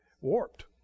warped